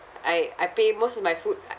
I I pay most of my food